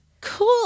cool